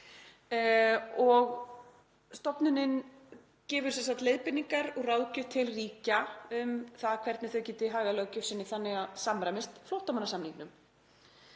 að. Stofnunin gefur sem sagt leiðbeiningar og ráðgjöf til ríkja um það hvernig þau geti hagað löggjöf sinni þannig að það samræmist flóttamannasamningnum.